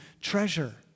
treasure